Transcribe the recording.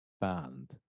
band